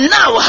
now